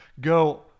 go